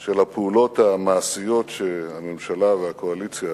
של הפעולות המעשיות שהממשלה והקואליציה